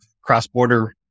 cross-border